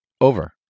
over